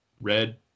red